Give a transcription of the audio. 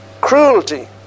cruelty